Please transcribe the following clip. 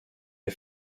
est